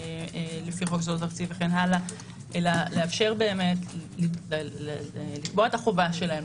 לפי חוק יסודות התקציב וכן הלאה אלא לאפשר לקבוע את החובה שלהם,